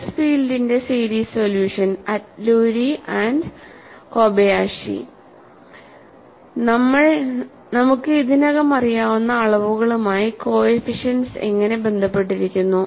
stress ഫീൽഡിന്റെ series solution Atluri Kobayashi നമുക്ക് ഇതിനകം അറിയാവുന്ന അളവുകളുമായി കോഎഫിഷ്യന്റ്സ് എങ്ങനെ ബന്ധപ്പെട്ടിരിക്കുന്നു